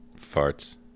Farts